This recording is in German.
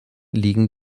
liegen